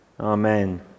Amen